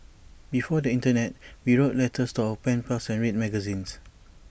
before the Internet we wrote letters to our pen pals and read magazines